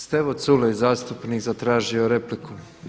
Stevo Culej zastupnik zatražio je repliku.